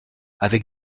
avec